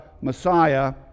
Messiah